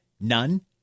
None